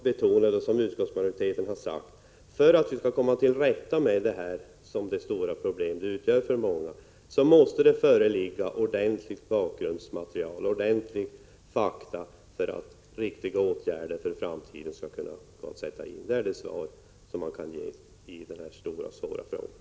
Men som jag har betonat, och som utskottsmajoriteten har sagt, måste det föreligga ett ordentligt bakgrundsmaterial och ordentliga fakta för att riktiga åtgärder för framtiden skall kunna vidtas så att vi kan komma till rätta med detta som är ett stort problem för många.